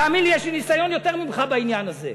תאמין לי, יש לי ניסיון יותר ממך בעניין הזה,